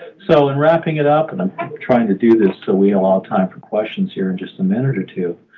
so in wrapping it up, and i'm trying to do this so we can allow time for questions here in just a minute or two.